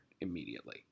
immediately